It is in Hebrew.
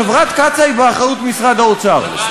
חברת קצא"א היא באחריות משרד האוצר.